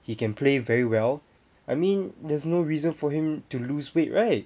he can play very well I mean there's no reason for him to lose weight right